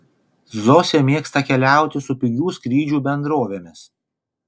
zosė mėgsta keliauti su pigių skrydžių bendrovėmis